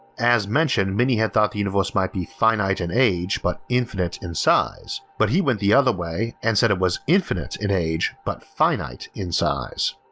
as mentioned many had thought the universe might be finite in age but infinite in size, but he went the other way and said it was infinite in age but finite in size.